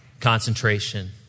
concentration